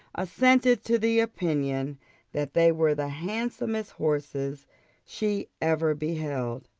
assented to the opinion that they were the handsomest horses she ever beheld.